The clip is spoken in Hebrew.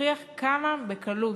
מוכיח כמה בקלות